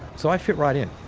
so i fit right in.